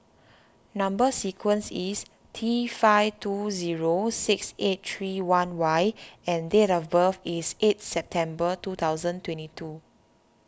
Number Sequence is T five two zero six eight three one Y and date of birth is eight September two thousand twenty two